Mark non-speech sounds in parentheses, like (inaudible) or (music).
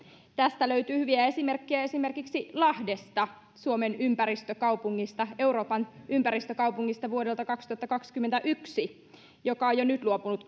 tästä löytyy hyviä esimerkkejä esimerkiksi lahdesta suomen ympäristökaupungista euroopan ympäristökaupungista vuodelta kaksituhattakaksikymmentäyksi joka on jo nyt luopunut (unintelligible)